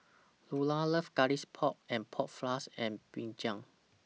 Lulah loves Garlic Pork and Pork Floss and Brinjal